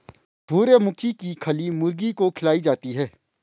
सूर्यमुखी की खली मुर्गी को खिलाई जाती है